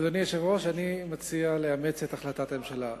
אדוני היושב-ראש, אני מציע לאמץ את החלטת הממשלה.